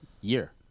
year